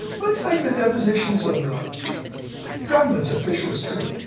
let's take the depositions of the government's officials, too.